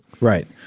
right